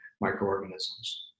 microorganisms